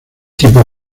tipo